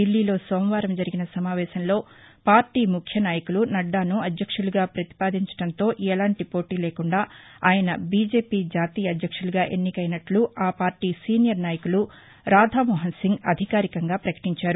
దిల్లీలో సోమవారం జరిగిన సమావేశంలో పార్టీ ముఖ్య నాయకులు నడ్డాను అధ్యక్షులుగా ప్రతిపాదించడంతో ఎలాంటి పోటీ లేకుండా ఆయన బిజెపి జాతీయ అధ్యక్షులుగా ఎన్నికైనట్లు ఆ పార్టీ సీనియర్ నాయకులు రాధామోహన్సింగ్ అధికారికంగా ప్రకటించారు